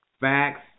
facts